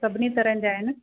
सभिनीनि तरह जा आहिनि